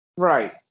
Right